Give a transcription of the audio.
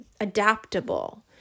adaptable